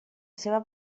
seua